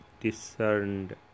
discerned